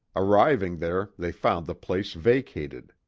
arriving there, they found the place vacated.